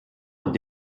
und